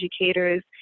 educators